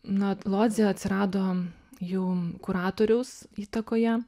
na lodzė atsirado jau kuratoriaus įtakoje